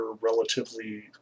relatively